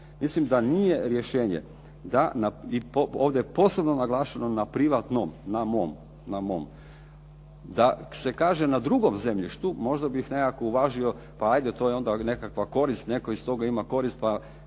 Mislim da nije rješenje i ovdje posebno naglašeno na privatnom, na mom, da se kaže na drugom zemljištu, možda bih nekako uvažio, pa ajde to je onda nekakva korist, netko iz toga ima korist pa